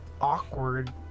awkward